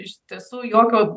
iš tiesų jokio